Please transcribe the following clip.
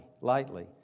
lightly